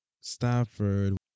Stafford